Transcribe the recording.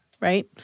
right